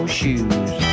shoes